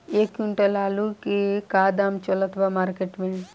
एक क्विंटल आलू के का दाम चलत बा मार्केट मे?